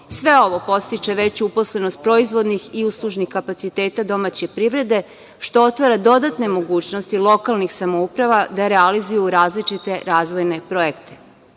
ovo podstiče veću uposlenost proizvodnih i uslužnih kapaciteta domaće privrede, što otvara dodatne mogućnosti lokalnih samouprava da realizuju različite razvojne projekte. Takođe,